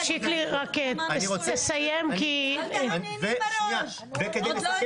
אמיתי על הכאב של הפשיעה.